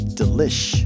delish